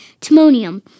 Timonium